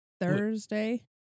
Thursday